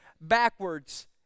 backwards